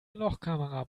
lochkamera